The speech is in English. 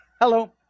Hello